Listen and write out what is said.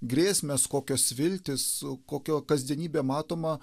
grėsmės kokios viltys kokio kasdienybė matoma